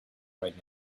right